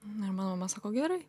ir mano mama sako gerai